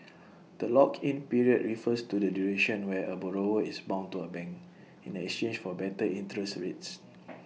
the lock in period refers to the duration where A borrower is bound to A bank in exchange for better interest rates